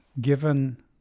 given